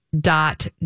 dot